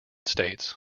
states